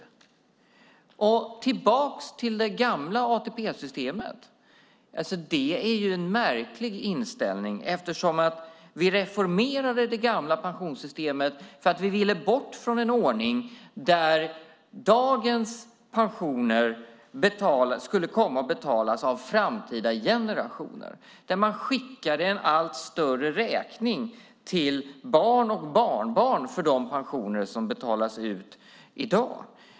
Att vi ska tillbaka till det gamla ATP-systemet är en märklig inställning. Vi reformerade ju det systemet för att vi ville bort från en ordning där dagens pensioner skulle komma att betalas av framtida generationer. Man skickade en allt större räkning till barn och barnbarn för de pensioner som betalades ut.